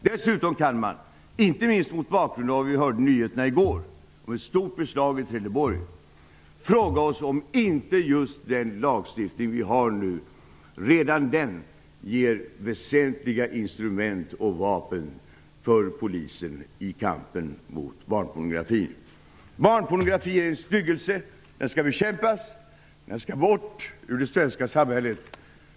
Dessutom kan man, inte minst mot bakgrund av det vi hörde på nyheterna i går, om ett stort beslag i Trelleborg, fråga oss om inte just den lagstiftning vi har redan ger väsentliga instrument och vapen för polisen i kampen mot barnpornografi. Barnpornografi är en styggelse. Den skall bekämpas. Den skall bort ur det svenska samhället.